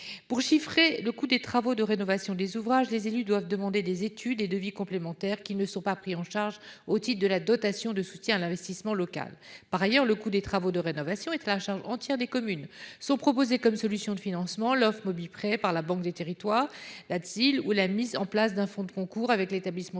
Pour chiffrer le coût des travaux de rénovation des ouvrages, les élus doivent demander des études et devis complémentaires qui ne sont pas pris en charge au titre de la dotation de soutien à l'investissement local (DSIL). Par ailleurs, le coût des travaux de rénovation est à la charge entière des communes ; les solutions de financement proposées sont l'offre Mobi Prêt de la Banque des territoires, la DSIL ou la mise en place d'un fonds de concours avec l'établissement